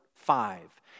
five